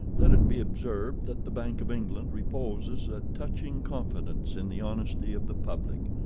let it be observed that the bank of england reposes a touching confidence in the honesty of the public.